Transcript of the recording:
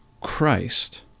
Christ